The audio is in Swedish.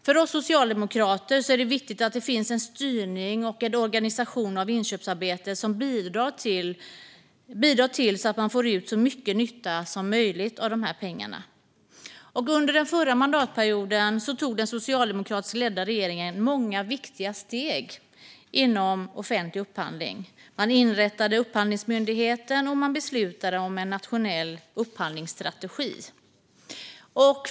För oss socialdemokrater är det viktigt att det finns en styrning och en organisation av inköpsarbetet som bidrar till att man får ut så mycket nytta som möjligt av dessa pengar. Under den förra mandatperioden tog den socialdemokratiskt ledda regeringen många viktiga steg inom offentlig upphandling. Man inrättade Upphandlingsmyndigheten, och man beslutade om en nationell upphandlingsstrategi.